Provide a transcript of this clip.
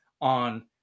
on